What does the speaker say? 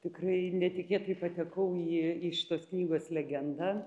tikrai netikėtai patekau į į šitos knygos legendą